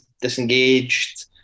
disengaged